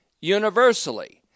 universally